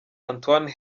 antoine